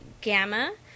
Gamma